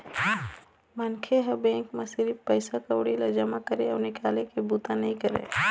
मनखे ह बेंक म सिरिफ पइसा कउड़ी ल जमा करे अउ निकाले के बूता नइ करय